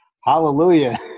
hallelujah